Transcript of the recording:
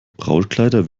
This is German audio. brautkleider